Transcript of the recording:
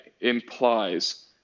implies –